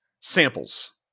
samples